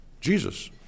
Jesus